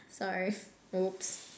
sorry oops